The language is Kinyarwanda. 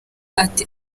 ati